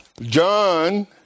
John